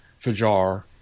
Fajar